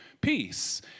peace